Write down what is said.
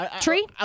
Tree